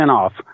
off